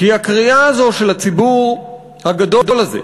כי הקריאה הזו של הציבור הגדול הזה,